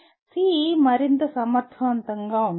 C మరింత సమర్థవంతంగా ఉంటుంది